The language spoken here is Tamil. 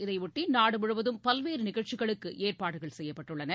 இதனையொட்டி நாடு முழுவதும் பல்வேறு நிகழ்ச்சிகளுக்கு ஏற்பாடுகள் செய்யப்பட்டுள்ளன